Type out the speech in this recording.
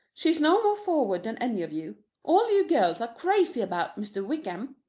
she is no more forward than any of you. all you girls are crazy about mr. wickham.